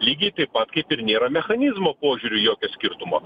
lygiai taip pat kaip ir nėra mechanizmo požiūriu jokio skirtumo